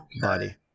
body